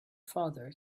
father